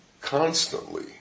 constantly